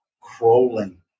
crawling